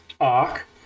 arc